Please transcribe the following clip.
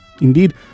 Indeed